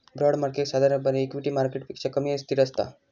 bond market साधारणपणे equity मार्केटपेक्षा कमी अस्थिर असता